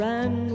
Ran